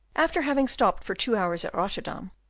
after having stopped for two hours at rotterdam,